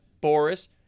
Boris